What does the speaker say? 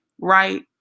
right